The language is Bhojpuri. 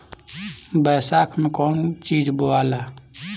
बैसाख मे कौन चीज बोवाला?